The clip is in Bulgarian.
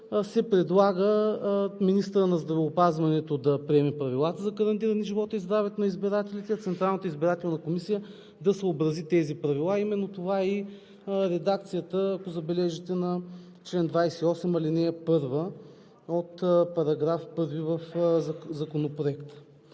се предлага министърът на здравеопазването да приеме правилата за карантиниране, живота и здравето на избирателите, а Централната избирателна комисия да съобрази тези правила. Именно това е и редакцията, ако забележите, на чл. 28, ал. 1 от § 1 в Законопроекта